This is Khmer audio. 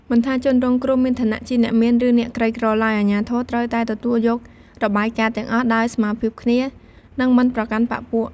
មិនថាជនរងគ្រោះមានឋានៈជាអ្នកមាន ឬអ្នកក្រីក្រឡើយ អាជ្ញាធរត្រូវតែទទួលយករបាយការណ៍ទាំងអស់ដោយស្មើភាពគ្នា និងមិនប្រកាន់បក្ខពួក។